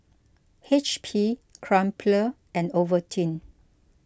H P Crumpler and Ovaltine